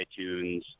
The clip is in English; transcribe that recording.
iTunes